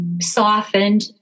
softened